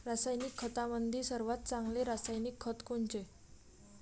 रासायनिक खतामंदी सर्वात चांगले रासायनिक खत कोनचे?